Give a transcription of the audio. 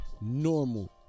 normal